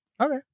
Okay